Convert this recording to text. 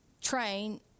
train